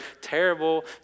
terrible